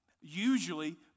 Usually